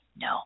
no